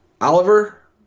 Oliver